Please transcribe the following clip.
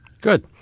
Good